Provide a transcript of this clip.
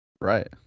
Right